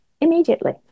immediately